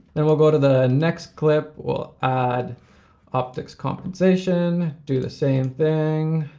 then we'll go to the next clip, we'll add optics compensation, do the same thing.